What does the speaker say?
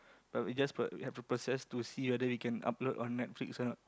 but we just per have to process to see whether we can upload on Netflix or not